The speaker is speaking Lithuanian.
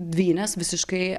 dvynes visiškai